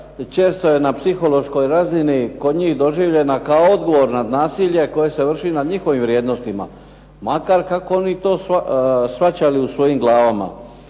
često je na psihološkoj razini kod njih doživljena kao odgovorno nasilje koje se vrši na njihovim vrijednostima makar, kako oni to shvaćali u svojim glavama.